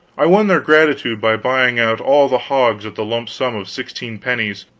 i won their gratitude by buying out all the hogs at the lump sum of sixteen pennies,